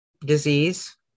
disease